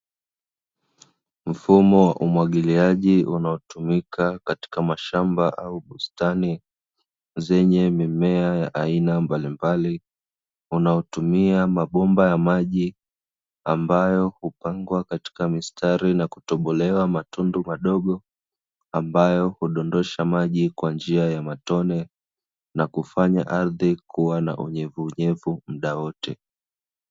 Mfumo wa umwagiliaji unaotumika katika mashamba au bustani zenye mimea ya aina mbalimbali, unaotumia mabomba ya maji ambayo hupangwa katika mistari na kutobolewa matundu madogo ambayo hudondosha maji kwa njia ya matone na kufanya ardhi kuwa na unyevunyevu mda wote.